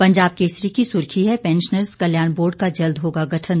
पंजाब केसरी की सुर्खी है पैंशनर्ज कल्याण बोर्ड का जल्द होगा गठन